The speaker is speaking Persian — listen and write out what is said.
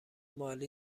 مالی